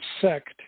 sect